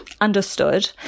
understood